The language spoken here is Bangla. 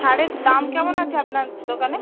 সারের দাম কেমন আছে আপনার দোকানে